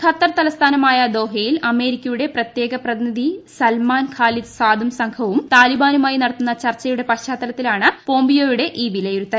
Qatar തലസ്ഥാനമായ ദോഹയിൽ അമേരിക്കയുടെ പ്രത്യേക പ്രതിനിധി സൽമായ് ഖാലിൽസാദും സംഘവും താലിബാനുമായി ചർച്ച നടത്തുന്ന പശ്ചാത്തലത്തിലാണ് പോംപിയോയുടെ ഈ വിലയിരുത്തൽ